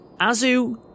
Azu